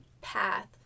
path